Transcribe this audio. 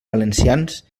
valencians